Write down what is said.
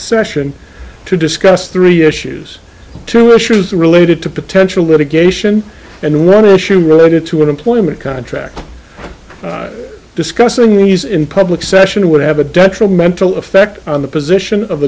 session to discuss three issues two issues related to potential litigation and one issue related to an employment contract discussing these in public session would have a detrimental effect on the position of